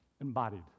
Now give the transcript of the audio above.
embodied